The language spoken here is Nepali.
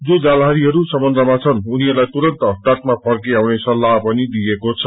जो जालहारीहरू समुन्द्रमा छन् उनीहरूलाइ तुरन्त तटमा फर्की आउने सल्लाह दिइएको छ